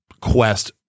quest